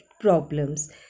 problems